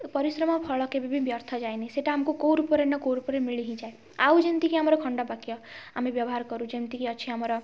ପରିଶ୍ରମ ଫଳ କେବେ ବି ବ୍ୟର୍ଥ ଯାଏନି ସେଇଟା ଆମକୁ କେଉଁ ରୂପରେ ନା କେଉଁ ରୂପରେ ମିଳି ହିଁ ଯାଏ ଆଉ ଯେମିତିକି ଆମର ଖଣ୍ଡ ବାକ୍ୟ ଆମେ ବ୍ୟବହାର କରୁ ଯେମତି କି ଅଛି ଆମର